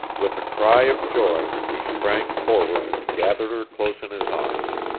with a cry of joy he sprang forward and gathered her close in his arms.